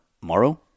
tomorrow